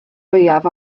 fwyaf